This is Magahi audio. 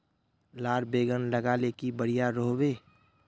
लार बैगन लगाले की बढ़िया रोहबे?